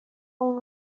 اون